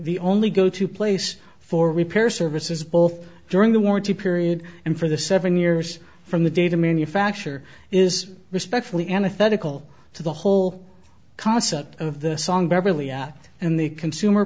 the only go to place for repair services both during the warranty period and for the seven years from the data manufacture is respectfully an authentic call to the whole concept of the song beverly add in the consumer